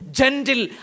gentle